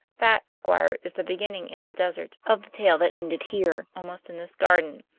that, squire, is the beginning in the deserts of the tale that ended here, almost in this garden.